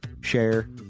share